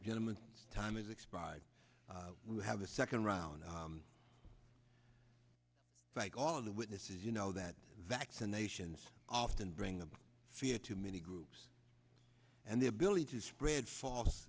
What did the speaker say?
gentlemen time is expired we have the second round thank all of the witnesses you know that vaccinations often bring a fear to many groups and the ability to spread false